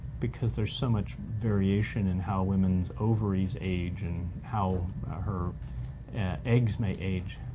because there's so much variation in how women's ovaries age and how her eggs may age.